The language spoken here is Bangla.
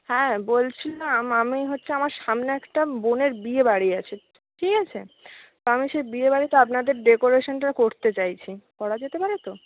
হ্যাঁ বলছিলাম আমি হচ্ছে আমার সামনে একটা বোনের বিয়েবাড়ি আছে ঠিক আছে আমি সেই বিয়েবাড়িতে আপনাদের ডেকোরেশনটা করতে চাইছি করা যেতে পারে তো